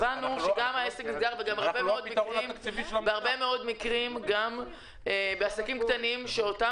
הבנו שגם העסק נסגר וגם בהרבה מאוד מקרים בעסקים קטנים,